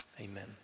Amen